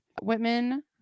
Whitman